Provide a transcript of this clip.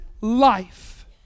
life